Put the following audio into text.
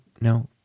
no